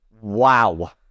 Wow